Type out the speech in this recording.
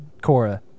Cora